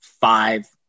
five